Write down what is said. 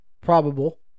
probable